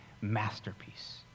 masterpiece